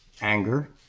anger